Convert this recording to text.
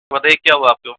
बताइए क्या हुआ आपको